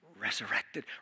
resurrected